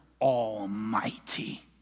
Almighty